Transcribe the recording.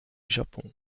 japon